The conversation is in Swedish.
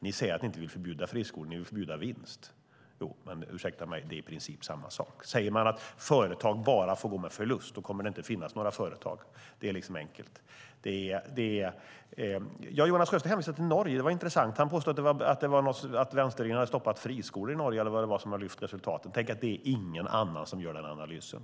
Ni säger att ni inte vill förbjuda friskolor, att ni vill förbjuda vinst. Men, ursäkta mig, det är i princip samma sak. Om företag bara får gå med förlust kommer det inte att finnas några företag. Det är enkelt. Jonas Sjöstedt hänvisade till Norge. Det var intressant. Han påstod att vänsterregeringen hade stoppat friskolor i Norge eller vad det var som hade lyft resultaten. Tänk, det är inte någon annan som gör den analysen.